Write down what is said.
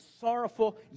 sorrowful